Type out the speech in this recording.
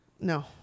No